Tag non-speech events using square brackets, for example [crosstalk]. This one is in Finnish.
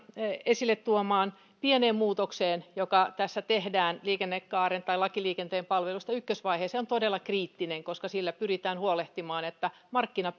esille tuomaan pieneen muutokseen joka tässä tehdään liikennekaareen tai lakiin liikenteen palveluista ykkösvaiheeseen se on todella kriittinen koska sillä pyritään huolehtimaan että markkina [unintelligible]